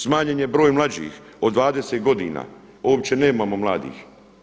Smanjen je broj mlađih od 20 godina, uopće nemamo mladih.